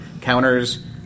counters